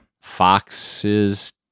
Foxes